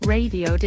Radio